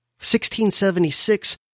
1676